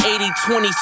80-20